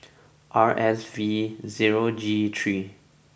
R S V zero G three